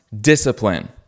discipline